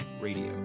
Radio